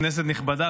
כנסת נכבדה,